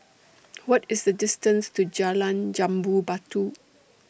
What IS The distance to Jalan Jambu Batu